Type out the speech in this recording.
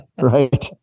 Right